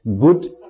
good